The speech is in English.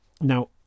Now